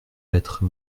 lettre